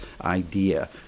idea